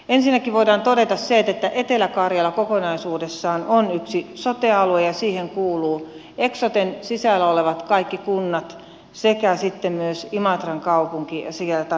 ensinnäkin voidaan todeta se että etelä karjala kokonaisuudessaan on yksi sote alue ja siihen kuuluvat kaikki eksoten sisällä olevat kunnat sekä sitten myös imatran kaupunki ja siellä tarjottavat palvelut